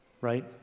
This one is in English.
right